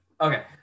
okay